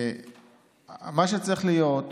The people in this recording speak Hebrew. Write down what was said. מה שצריך להיות,